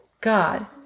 God